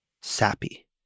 sappy